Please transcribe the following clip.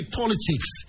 politics